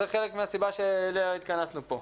זה חלק מן הסיבה שבגללה התכנסנו פה.